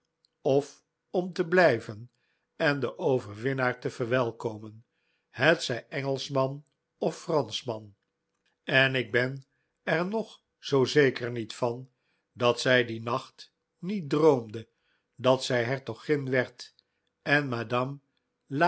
of om te blijven en den overwinnaar te verwelkomen hetzij engelschman of franschman en ik ben er nog zoo zeker niet van dat zij dien nacht niet droomde dat zij hertogin werd en